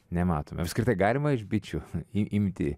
nematom apskritai galima iš bičių į imti